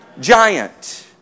Giant